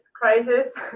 crisis